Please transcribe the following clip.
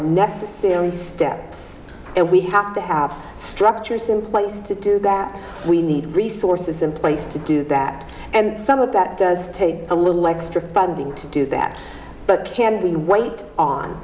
necessary steps and we have to have structures in place to do that we need resources in place to do that and some of that does take a little extra funding to do that but can we wait on